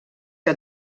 que